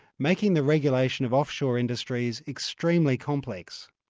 making the regulation of offshore industries extremely complex.